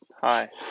Hi